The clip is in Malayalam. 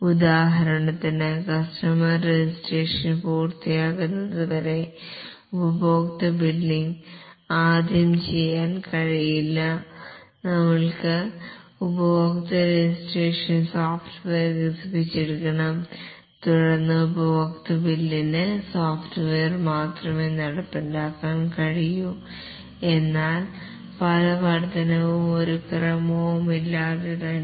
ഉദാഹരണത്തിന് കസ്റ്റമർ രജിസ്ട്രേഷൻ പൂർത്തിയാകുന്നതുവരെ ഉപഭോക്തൃ ബില്ലിംഗ് ആദ്യം ചെയ്യാൻ കഴിയില്ല ഞങ്ങൾക്ക് ഉപഭോക്തൃ രജിസ്ട്രേഷൻ സോഫ്റ്റ്വെയർ വികസിപ്പിച്ചെടുക്കണം തുടർന്ന് ഉപഭോക്തൃ ബില്ലിംഗ് സോഫ്റ്റ്വെയർ മാത്രമേ നടപ്പിലാക്കാൻ കഴിയൂ എന്നാൽ പല വർധനവും ഒരു ക്രമവും ഇല്ലാതെ തന്നെ